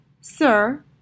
Sir